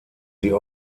sie